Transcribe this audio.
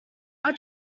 our